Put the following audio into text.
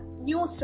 new